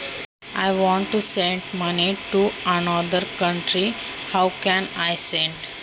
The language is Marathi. मला दुसऱ्या देशामध्ये पैसे पाठवायचे आहेत कसे पाठवू शकते?